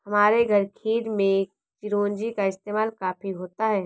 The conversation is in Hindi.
हमारे घर खीर में चिरौंजी का इस्तेमाल काफी होता है